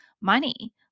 money